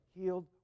healed